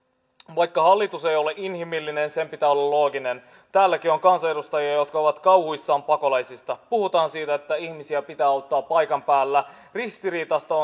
vaikka hallitus ei ole inhimillinen sen pitää olla looginen täälläkin on kansanedustajia jotka ovat kauhuissaan pakolaisista puhutaan siitä että ihmisiä pitää auttaa paikan päällä ristiriitaista